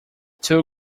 two